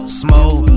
smoke